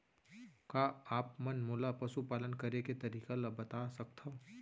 का आप मन मोला पशुपालन करे के तरीका ल बता सकथव?